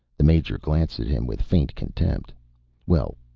the major glanced at him with faint contempt well,